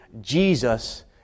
Jesus